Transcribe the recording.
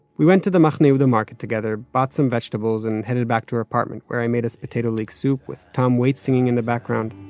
we went to the machne yehuda market together, bought some vegetables and headed back to her apartment where i made us a potato-leek soup with tom waits singing in the background.